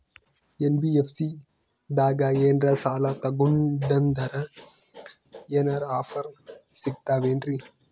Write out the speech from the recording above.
NBFC ದಾಗ ಏನ್ರ ಸಾಲ ತೊಗೊಂಡ್ನಂದರ ಏನರ ಆಫರ್ ಸಿಗ್ತಾವೇನ್ರಿ?